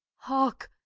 hark!